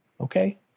okay